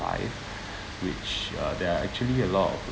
life which uh there are actually a lot of